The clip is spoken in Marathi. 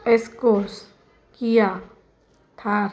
एस्कोस किया थार